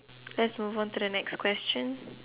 let's move on to the next question